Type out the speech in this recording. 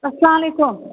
اَسلام علیکُم